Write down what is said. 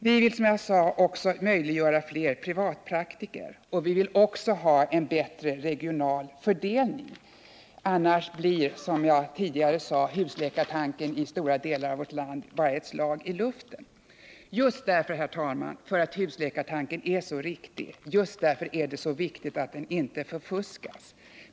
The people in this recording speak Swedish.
Som jag sade vill vi också möjliggöra fler privatpraktiker, och vi vill också ha en bättre regional fördelning för att inte, som jag tidigare sagt, husläkartanken i stora delar av vårt land bara skall bli ett slag i luften. Herr talman! Just därför att husläkartanken är så viktig får den inte förfuskas.